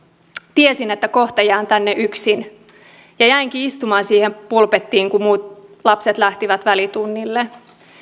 tiesin että kohta jään tänne yksin ja jäinkin istumaan siihen pulpettiin kun muut lapset lähtivät välitunnille